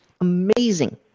amazing